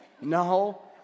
No